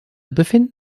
befinden